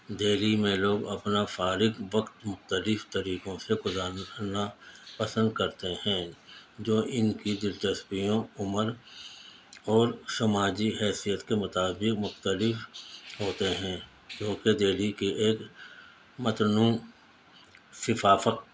دہلی میں لوگ اپنا فارغ وقت مختلف طریقوں سے گزارنا پسند کرتے ہیں جو ان کی دلچسپیوں عمر اور سماجی حیثیت کے مطابق مختلف ہوتے ہیں جوکہ دہلی کی ایک متنوع ثقافت